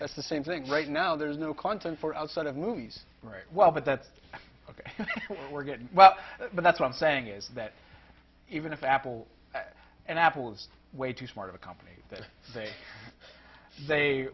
it's the same thing right now there's no content for outside of movies right well but that's ok we're getting well but that's why i'm saying is that even if apple and apple is way too smart of a company that say they